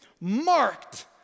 marked